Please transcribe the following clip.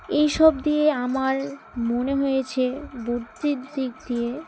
এইসব দিয়ে আমার মনে হয়েছে বুদ্ধির দিক দিয়ে